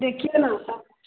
देखिए ना सबकुछ का